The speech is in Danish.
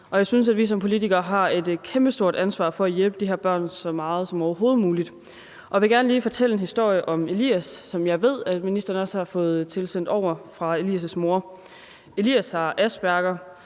og jeg synes, at vi som politikere har et kæmpestort ansvar for at hjælpe de her børn så meget som overhovedet muligt. Jeg vil gerne lige fortælle en historie om Elias, som jeg ved at ministeren også har fået tilsendt af Elias' mor. Elias har asperger.